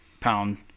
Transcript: pound